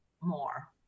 more